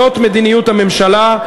זאת מדיניות הממשלה.